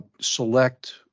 select